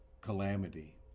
calamity